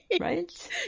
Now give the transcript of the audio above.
Right